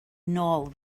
nôl